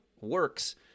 works